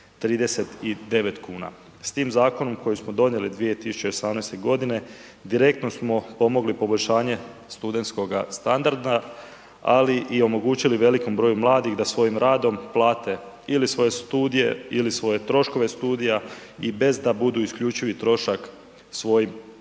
25,39 kuna. S tim zakonom kojeg smo donijeli 2018. godine direktno smo pomogli poboljšanje studentskoga standarda, ali i omogućili velikom broju mladih da svojim radom plate ili svoje studije ili svoje troškove studija i bez da budu isključivo trošak svojim